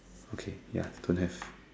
okay ya don't have